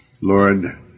Lord